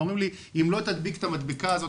ואומרים לי: אם לא תדביק את המדבקה הזאת